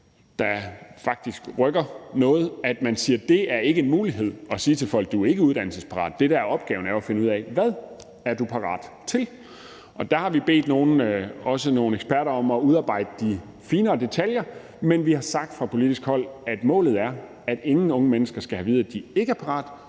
der faktisk rykker noget, at man siger, at det ikke er en mulighed at sige til folk, at de ikke er uddannelsesparat, men at opgaven jo er at finde ud af, hvad de er parat til, og der har vi også bedt nogle eksperter om at udarbejde de finere detaljer. Men vi har sagt fra politisk hold, at målet er, at ingen unge mennesker skal have at vide, at de ikke er parat,